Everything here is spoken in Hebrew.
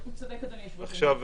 עכשיו,